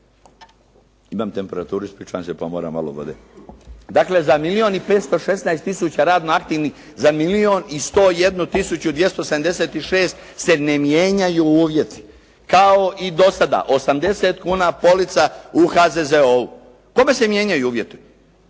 imam temperaturu, ispričavam se, pa moram malo vode. Dakle, za milijun i 516 tisuća radno aktivnih, za milijun i 101 tisuću 276 se ne mijenjaju uvjeti. Kao i do sada, 80 kuna polica u HZZO-u. Kome se mijenjaju uvjeti?